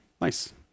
Nice